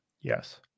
Yes